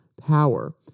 power